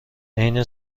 عین